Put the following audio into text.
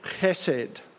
chesed